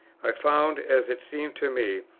i found, as it seemed to me,